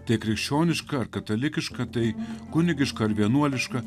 tai krikščionišką ar katalikišką tai kunigišką ar vienuolišką